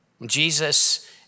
Jesus